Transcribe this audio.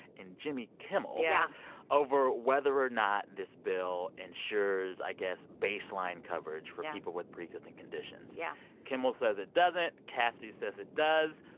and jimmy kimmel. yeah over whether or not this bill insures, i guess, baseline coverage. yeah. for people with pre-existing conditions yeah kimmel says it doesn't. cassidy says it does.